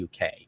UK